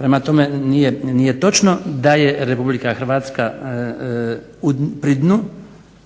Prema tome nije točno da je RH pri dnu